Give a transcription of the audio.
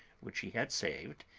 which he had saved,